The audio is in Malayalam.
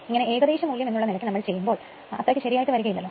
ഇങ്ങനെ ഏകദേശ മൂല്യം എന്നുള്ള നിലക്ക് നമ്മൾ ചെയുമ്പോൾ ശെരിയായി വരികയില്ലല്ലോ